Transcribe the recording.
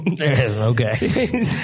Okay